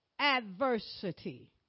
adversity